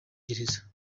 gereza